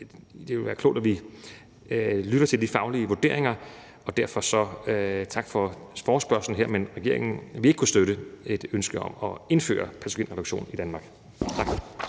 det ville være klogt, hvis vi lyttede til de faglige vurderinger. Derfor vil jeg sige tak for forespørgslen her, men regeringen vil ikke kunne støtte et ønske om at indføre patogenreduktion i Danmark. Tak.